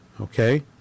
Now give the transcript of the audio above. okay